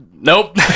nope